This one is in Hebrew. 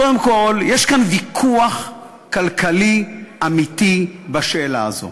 קודם כול, יש כאן ויכוח כלכלי אמיתי בשאלה הזאת.